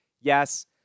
Yes